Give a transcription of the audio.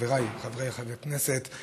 חבריי חברי הכנסת,